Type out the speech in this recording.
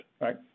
right